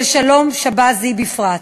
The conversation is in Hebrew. של שלום שבזי בפרט.